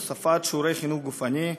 הוספת שיעורי חינוך גופני),